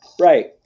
Right